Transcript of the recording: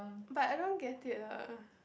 but I don't get it lah